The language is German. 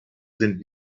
sind